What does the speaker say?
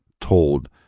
told